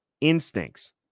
instincts